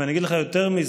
אני אגיד לך יותר מזה: